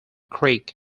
creek